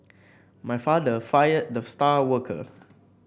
my father fired the star worker